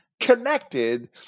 connected